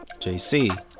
JC